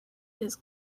his